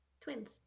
Twins